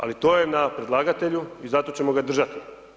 Ali to je na predlagatelju i zato ćemo ga držati.